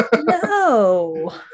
No